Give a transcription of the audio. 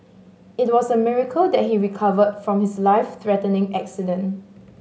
it was a miracle that he recovered from his life threatening accident